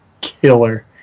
Killer